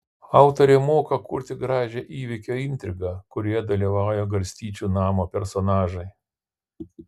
autorė moka kurti gražią įvykio intrigą kurioje dalyvauja garstyčių namo personažai